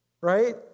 right